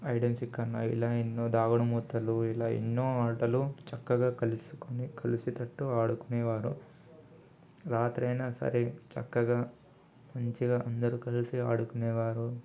hide and seek అన్నా ఇలా ఎన్నో దాగుడుమూతలు ఇలా ఎన్నో ఆటలు చక్కగా కలుసుకుని కలిసికట్టుగా ఆడుకునేవారు రాత్రి అయినా సరే చక్కగా మంచిగా అందరు కలిసి ఆడుకునేవారు